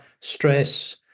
stress